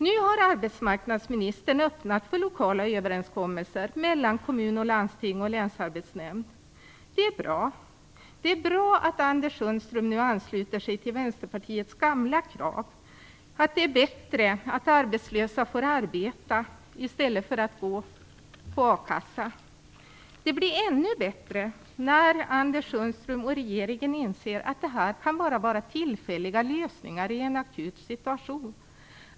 Nu har arbetsmarknadsministern öppnat för lokala överenskommelser mellan kommun och landsting och länsarbetsnämnd. Det är bra. Det är bra att Anders Sundström nu ansluter sig till Vänsterpartiets gamla syn att det är bättre att arbetslösa får arbeta i stället för att gå med a-kassa. Det blir ännu bättre när Anders Sundström och regeringen inser att det här bara kan vara tillfälliga lösningar i en akut situation.